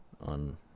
on